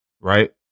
Right